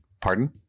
Pardon